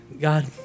God